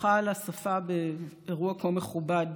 סליחה על השפה באירוע כה מכובד,